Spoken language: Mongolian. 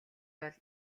бол